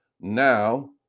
now